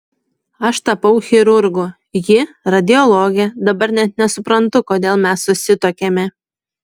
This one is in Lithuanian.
aš tapau chirurgu ji radiologe dabar net nesuprantu kodėl mes susituokėme